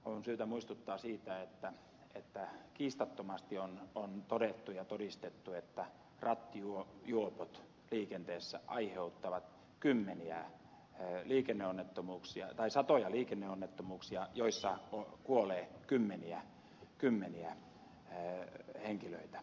on syytä muistuttaa siitä että kiistattomasti on todettu ja todistettu että rattijuopot liikenteessä aiheuttavat satoja liikenneonnettomuuksia joissa kuolee kymmeniä henkilöitä